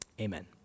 amen